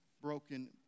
broken